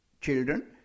children